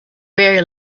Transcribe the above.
very